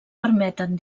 permeten